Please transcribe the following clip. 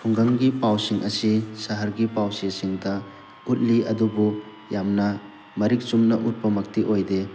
ꯈꯨꯡꯒꯪꯒꯤ ꯄꯥꯎꯁꯤꯡ ꯑꯁꯤ ꯁꯍꯔꯒꯤ ꯄꯥꯎꯆꯦꯁꯤꯡꯗ ꯎꯠꯂꯤ ꯑꯗꯨꯕꯨ ꯌꯥꯝꯅ ꯃꯔꯤꯛ ꯆꯨꯝꯅ ꯎꯠꯄꯃꯛꯇꯤ ꯑꯣꯏꯗꯦ